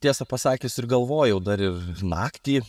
tiesą pasakius ir galvojau dar ir naktį